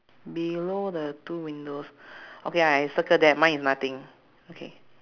below the two windows okay I circle that mine is nothing okay